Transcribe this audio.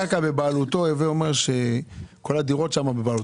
מזכירות הוועדה פרסמה שבשעה 17:30 יש הצבעה על הרוויזיה.